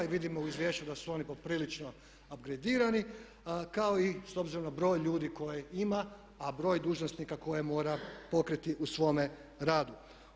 Vidimo u izvješću da su oni poprilično upgredirani kao i s obzirom na broj ljudi koje ima, a broj dužnosnika koje mora pokriti u svome radu.